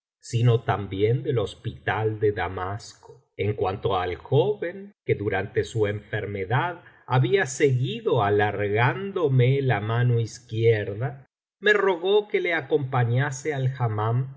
sino también del hospital de damasco en cuanto al joven que durante su enfermedad había seguido alargándome la mano izquierda rae rogó que lo acompañase al